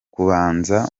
kubanza